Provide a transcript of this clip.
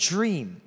Dream